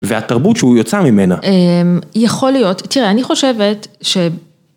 והתרבות שהוא יצא ממנה. יכול להיות, תראה, אני חושבת ש...